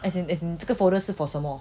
as in as in 这个 folder 是 for 什么